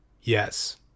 Yes